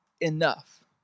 enough